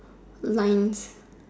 lines